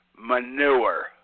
Manure